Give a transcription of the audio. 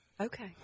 Okay